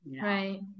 Right